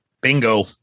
Bingo